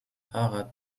fahrrad